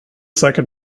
säkert